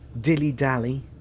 dilly-dally